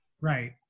Right